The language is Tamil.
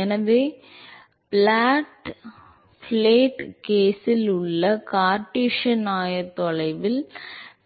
எனவே பிளாட் பிளேட் கேஸில் உள்ள கார்ட்டீசியன் ஆயத்தொலைவுகளில்